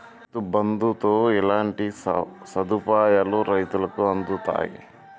రైతు బంధుతో ఎట్లాంటి సదుపాయాలు రైతులకి అందుతయి?